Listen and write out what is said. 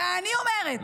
ואני אומרת,